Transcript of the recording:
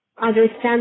understand